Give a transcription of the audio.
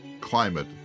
climate